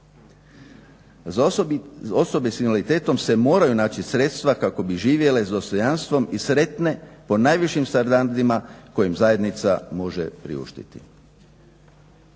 Za osobe s invaliditetom se moraju naći sredstva kako bi živjele s dostojanstvom i sretne po najvišim standardima koje im zajednica može priuštiti.